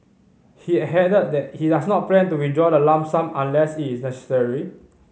he ahead that he does not plan to withdraw the lump sum unless it is necessary